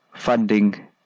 funding